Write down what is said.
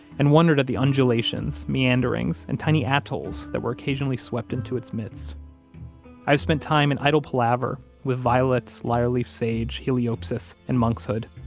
and wondered at the undulations, meanderings, and tiny attles that were occasionally swept into its midst i've spent time in idle palaver, with violets, lyer leaf sage, heliopsis, and monkshood,